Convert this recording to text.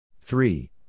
Three